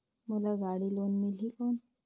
मोला गाड़ी लोन मिलही कौन?